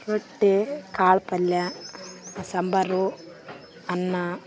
ರೊಟ್ಟಿ ಕಾಳುಪಲ್ಯ ಸಾಂಬಾರು ಅನ್ನ